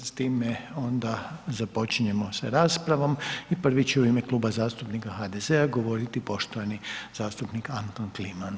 S time onda započinjemo s raspravom i prvi će u ime Kluba zastupnika HDZ-a govoriti poštovani zastupnik Anton Kliman.